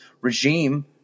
regime